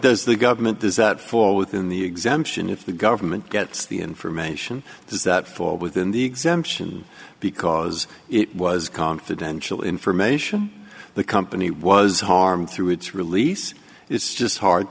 does the government does that fall within the exemption if the government gets the information does that fall within the exemption because it was confidential information the company was harmed through its release it's just hard